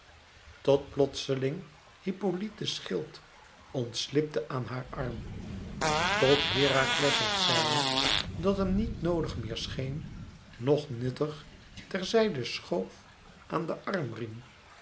tot plotseling hippolyte's schild ontslipte aan haar arm tot herakles het zijne dat hem niet noodig meer scheen noch nuttig ter zijde schoof aan den armriem